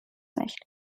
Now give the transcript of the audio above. nicht